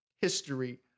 history